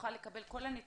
ונוכל לקבל את כל הנתונים,